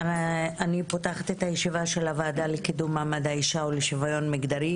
אני פותחת את הישיבה של הוועדה לקידום מעמד האישה ולשיוויון מגדרי.